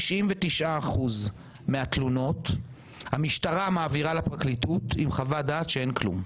99% מהתלונות שהמשטרה מעבירה לפרקליטות הן עם חוות דעת שאין כלום,